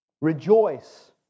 Rejoice